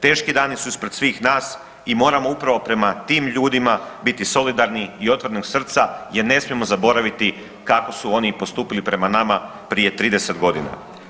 Teški dani su ispred svih nas i moramo upravo prema tim ljudima biti solidarni i otvorenog srca jer ne smijemo zaboraviti kako su oni postupili prema nama prije 30 godina.